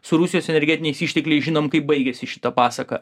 su rusijos energetiniais ištekliais žinom kaip baigėsi šita pasaka